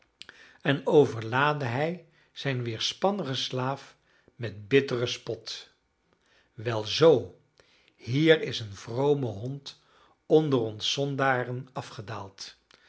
en overlaadde hij zijn weerspannigen slaaf met bitteren spot wel zoo hier is een vrome hond onder ons zondaren afgedaald